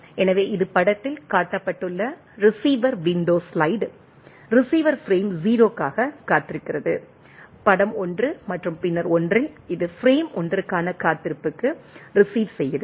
எனவே இது படத்தில் காட்டப்பட்டுள்ள receiver window slide receiver frame 0 க்காக காத்திருக்கிறது படம் 1 மற்றும் பின்னர் 1 இல் இது ஃபிரேம் 1 க்கான காத்திருப்புக்கு ரீஸிவ் செய்கிறது